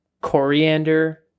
coriander